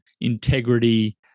integrity